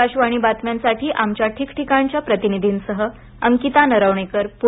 आकाशवाणी बातम्यांसाठी आमच्या ठीकठिकाणच्या प्रतिनिधींसह अंकिता नरवणेकर पुणे